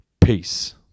Peace